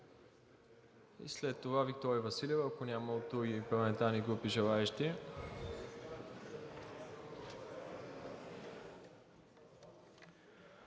След това Виктория Василева, ако няма от други парламентарни групи желаещи.